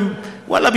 ואללה,